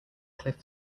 cliff